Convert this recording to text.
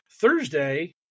Thursday